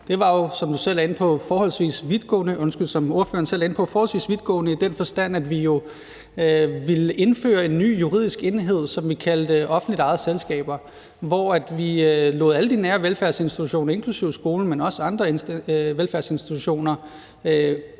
det, vi gik til valg på, jo var forholdsvis vidtgående – som du selv, undskyld, som ordføreren selv er inde på – i den forstand, at vi ville indføre en ny juridisk enhed, som vi kaldte offentligt ejede selskaber, hvor vi lod det være sådan, at alle de nære velfærdsinstitutioner, inklusive skolen, men også andre velfærdsinstitutioner,